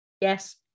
Yes